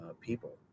people